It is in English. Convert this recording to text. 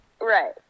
right